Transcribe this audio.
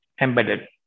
embedded